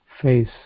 face